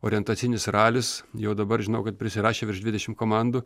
orientacinis ralis jau dabar žinau kad prisirašė virš dvidešim komandų